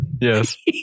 Yes